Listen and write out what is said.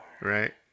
Right